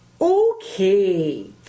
Okay